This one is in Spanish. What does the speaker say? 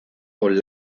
con